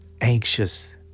anxious